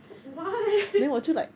why